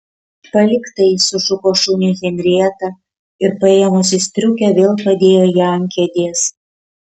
palik tai sušuko šuniui henrieta ir paėmusi striukę vėl padėjo ją ant kėdės